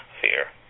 fear